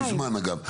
אגב, זה היה לא מזמן.